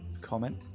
comment